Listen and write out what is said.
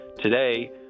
Today